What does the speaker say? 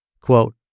Quote